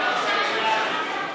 תגיעו להחלטות,